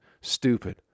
stupid